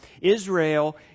Israel